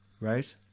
right